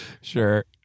Sure